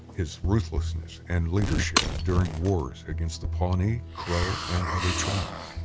his ruthlessness and leadership during wars against the pawnee, crow and other tribes.